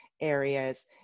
areas